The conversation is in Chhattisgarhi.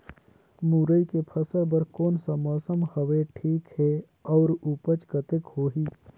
मुरई के फसल बर कोन सा मौसम हवे ठीक हे अउर ऊपज कतेक होही?